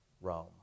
Rome